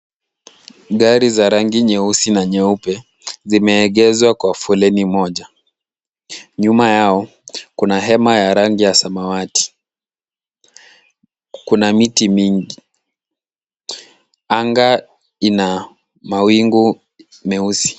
Gari za rangi nyeusi na nyeupe, zimeegezwa kwa foleni moja. Nyuma yao, kuna hema ya rangi ya samawati. Kuna miti mingi. Anga ina mawingu meusi.